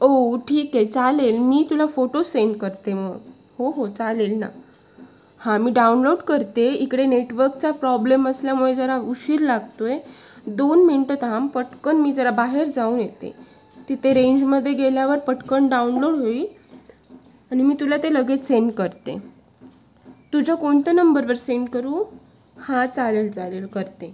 ओ ठीक आहे चालेल मी तुला फोटो सेंड करते मग हो हो चालेल ना हां मी डाऊनलोड करते इकडे नेटवर्कचा प्रॉब्लेम असल्यामुळे जरा उशीर लागतो आहे दोन मिनटं थांब पटकन मी जरा बाहेर जाऊन येते तिथे रेंजमध्ये गेल्यावर पटकन डाऊनलोड होईल आणि मी तुला ते लगेच सेंड करते तुझ्या कोणत्या नंबरवर सेंड करू हां चालेल चालेल करते